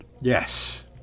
Yes